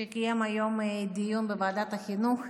שקיים היום דיון בוועדת חינוך.